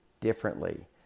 differently